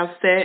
set